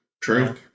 True